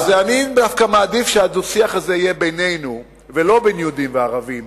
אז אני דווקא מעדיף שהדו-שיח הזה יהיה בינינו ולא בין יהודים לערבים,